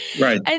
Right